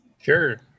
Sure